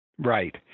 Right